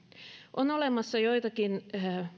on olemassa joitakin